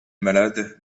malade